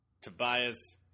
Tobias